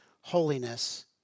holiness